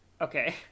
Okay